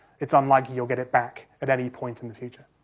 it's unlikely you'll get it back at any point in the future.